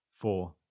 Four